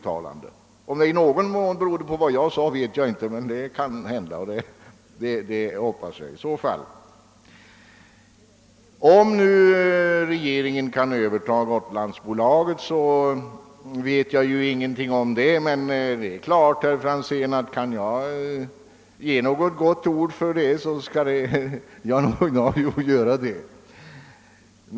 Om det i någon mån berodde på vad jag sade vet jag inte, men jag hoppas det. Jag vet ingenting om huruvida staten kan överta Gotlandsbolaget, men om jag kan lägga ett gott ord för den saken så skall jag gärna göra det.